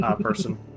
person